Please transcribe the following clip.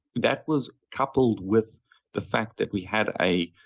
that was coupled with the fact that we had a